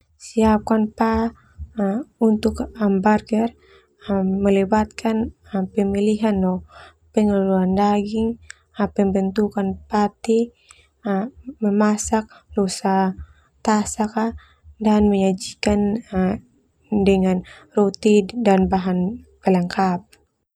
Siapkan pah untuk hamburger, melibatkan pemilihan no pengelolaan daging, pembentukan paty, memasak losa tasak ka dan menyajikan dengan roti dan bahan pelengkap